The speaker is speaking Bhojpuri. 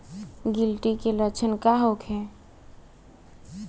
गिलटी के लक्षण का होखे?